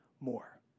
more